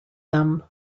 them